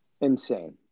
insane